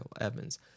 Evans